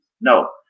No